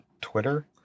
Twitter